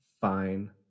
Fine